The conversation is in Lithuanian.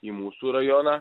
į mūsų rajoną